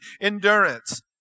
endurance